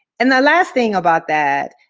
and the last thing about that,